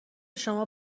شما